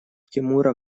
тимура